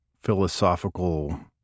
philosophical